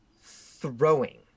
throwing